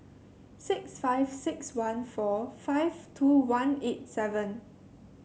six five six one four five two one eight seven